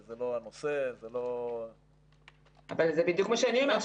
זה לא הנושא --- אבל זה בדיוק מה שאני אומרת,